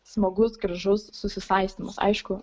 smagus gražus susisaistymas aišku